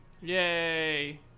Yay